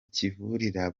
kivurira